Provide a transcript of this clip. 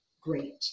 great